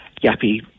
yappy